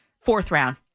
fourth-round